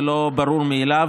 זה לא ברור מאליו.